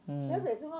mm